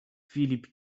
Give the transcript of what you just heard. filip